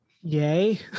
Yay